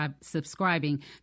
subscribing